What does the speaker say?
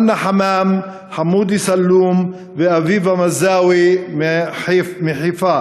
חנא חמאם, חמודי סלום ולאביבה מזאוי מחיפה,